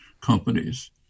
companies